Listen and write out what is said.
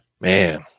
Man